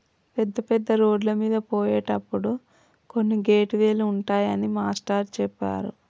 పెద్ద పెద్ద రోడ్లమీద పోయేటప్పుడు కొన్ని గేట్ వే లు ఉంటాయని మాస్టారు చెప్పారు